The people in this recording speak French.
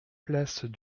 place